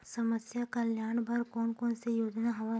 समस्या कल्याण बर कोन कोन से योजना हवय?